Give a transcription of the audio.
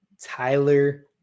Tyler